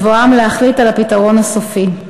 בבואם להחליט על "הפתרון הסופי".